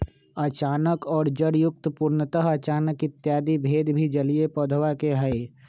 अचानक और जड़युक्त, पूर्णतः अचानक इत्यादि भेद भी जलीय पौधवा के हई